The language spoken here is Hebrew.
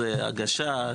הגשה,